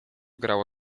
grało